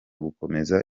gukomeza